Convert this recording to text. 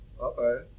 Okay